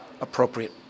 appropriate